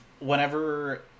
Whenever